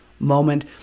moment